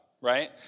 right